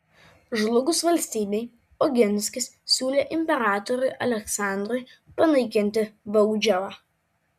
žlugus valstybei oginskis siūlė imperatoriui aleksandrui panaikinti baudžiavą